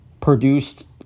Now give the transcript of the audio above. produced